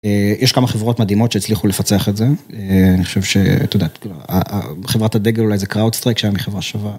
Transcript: יש כמה חברות מדהימות שהצליחו לפצח את זה, אני חושב שאתה יודע, חברת הדגל אולי זה קראוטסטרייק שהיה מחברה שווה.